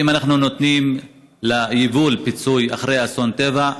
אם אנחנו נותנים פיצוי על יבול אחרי אסון טבע,